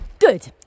Good